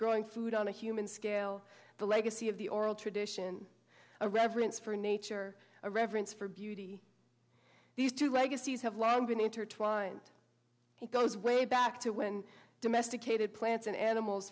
growing food on a human scale the legacy of the oral tradition a reverence for nature a reverence for beauty these two legacies have long been intertwined it goes way back to when domesticated plants and animals